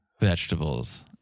vegetables